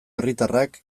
herritarrak